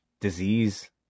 disease